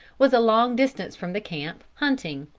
was a long distance from the camp, hunting.